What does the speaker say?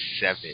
seven